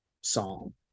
song